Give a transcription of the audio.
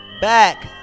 back